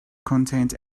contained